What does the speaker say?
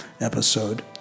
episode